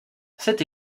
cette